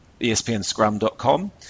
ESPNscrum.com